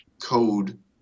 code